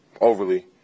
overly